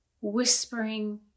whispering